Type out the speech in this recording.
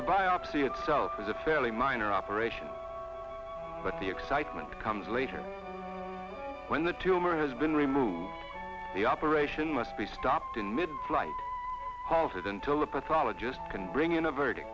the biopsy itself is a fairly minor operation but the excitement comes later when the tumor has been removed the operation must be stopped in mid flight confident told the pathologist can bring in a very